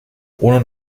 ohne